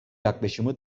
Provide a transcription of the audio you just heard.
yaklaşımı